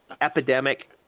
epidemic